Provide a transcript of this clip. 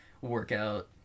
workout